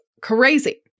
crazy